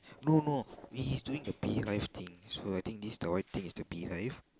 no no he's doing the beehive thing so I think the white thing is the beehive